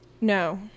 No